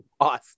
awesome